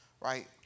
right